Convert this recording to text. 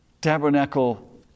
tabernacle